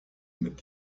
mit